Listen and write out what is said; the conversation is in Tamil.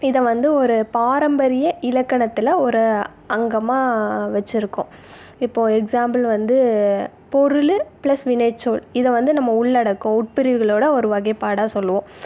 இதை வந்து ஒரு பாரம்பரிய இலக்கணத்தில் ஒரு அங்கமாக வச்சுருக்கோம் இப்போது எக்ஸாம்பிள் வந்து பொருள் ப்ளஸ் வினைச்சொல் இதை வந்து நம்ம உள்ளடக்கம் உட்பிரிவுகளோடய ஒரு வகைப்பாடாக சொல்லுவோம்